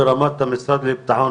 בשורה תחתונה,